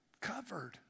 Covered